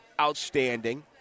outstanding